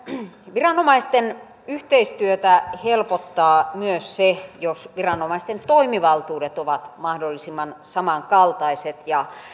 viranomaisten yhteistyötä helpottaa myös se jos viranomaisten toimivaltuudet ovat mahdollisimman samankaltaiset ja